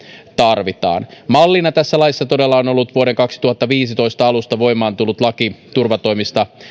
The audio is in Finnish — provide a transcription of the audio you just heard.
tarvitaan mallina tässä laissa todella on ollut vuoden kaksituhattaviisitoista alusta voimaan tullut laki turvatoimista